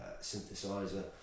synthesizer